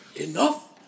Enough